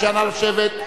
נא לשבת.